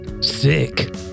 sick